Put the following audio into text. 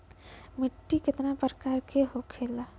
मिट्टी कितने प्रकार के होखेला?